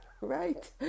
right